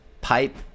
pipe